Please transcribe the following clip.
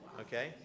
okay